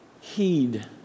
heed